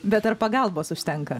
bet ar pagalbos užtenka